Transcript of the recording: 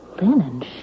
Linen